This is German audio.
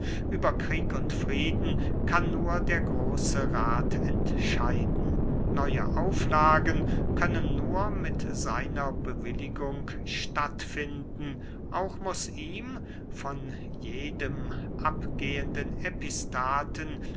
über krieg und frieden kann nur der große rath entscheiden neue auflagen können nur mit seiner bewilligung statt finden auch muß ihm von jedem abgehenden epistaten